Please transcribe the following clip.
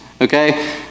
Okay